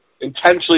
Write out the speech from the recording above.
intentionally